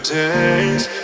days